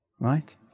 right